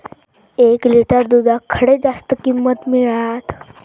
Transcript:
एक लिटर दूधाक खडे जास्त किंमत मिळात?